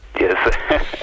Yes